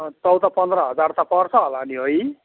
चौध पन्ध्र हजार त पर्छ होला नि है